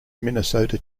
minnesota